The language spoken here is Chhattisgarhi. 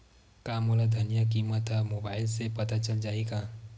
का मोला धनिया किमत ह मुबाइल से पता चल जाही का?